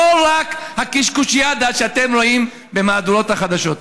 לא רק הקשקושיאדה שאתם רואים במהדורות החדשות.